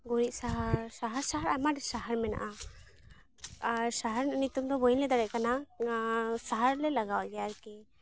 ᱜᱩᱨᱤᱡ ᱥᱟᱦᱟᱨ ᱥᱟᱦᱟᱨ ᱟᱭᱢᱟᱴᱤᱡ ᱥᱟᱦᱟᱨ ᱢᱮᱱᱟᱜᱼᱟ ᱟᱨ ᱥᱟᱦᱟᱨ ᱨᱮᱱᱟᱜ ᱱᱤᱛᱩᱢᱫᱚ ᱵᱟᱹᱧ ᱞᱟᱹᱭ ᱫᱟᱲᱮᱭᱟᱜ ᱠᱟᱱᱟ ᱥᱟᱦᱟᱨᱞᱮ ᱞᱟᱜᱟᱣ ᱜᱮᱭᱟ ᱟᱨᱠᱤ